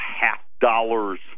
half-dollars